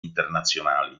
internazionali